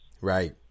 Right